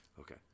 Okay